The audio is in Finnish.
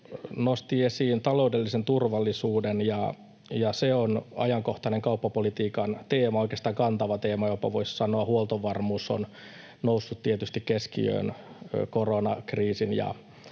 nosti esiin taloudellisen turvallisuuden, ja se on ajankohtainen kauppapolitiikan teema, oikeastaan kantava teema, voisi jopa sanoa. Huoltovarmuus on noussut tietysti keskiöön koronakriisin ja